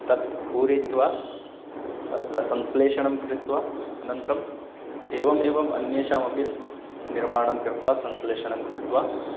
तत् पूरयित्वा तत्र संश्लेषणं कृत्वा अनन्तरम् एवमेवम् अन्येषामपि सः निर्माणं कृत्वा संश्लेषणं कृत्वा